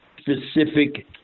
specific